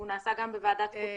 הוא נעשה גם בוועדת החוץ והביטחון.